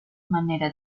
manera